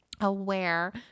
aware